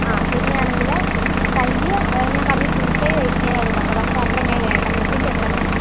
ആഹ് പിന്നെ ആണെങ്കിൽ കൈ ഞാൻ പറഞ്ഞു ഫുൾ കൈ തയ്പ്പിക്കാനായിരുന്നു പറഞ്ഞത് പക്ഷേ അത്രയും കൈ വേണ്ട മുട്ടിൻ്റെ അത്രയും മതി